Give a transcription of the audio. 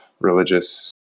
religious